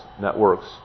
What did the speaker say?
networks